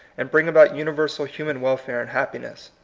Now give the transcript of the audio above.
and bring about universal human welfare and happiness.